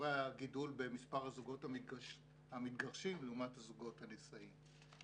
שיעורי הגידול במספר הזוגות המתגרשים לעומת הזוגות הנישאים.